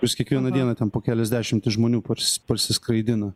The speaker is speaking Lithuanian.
kuris kiekvieną dieną ten po kelias dešimtis žmonių parsi parsiskraidina